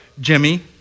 Jimmy